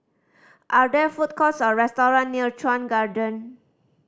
are there food courts or restaurant near Chuan Garden